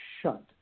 shut